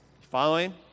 Following